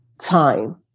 time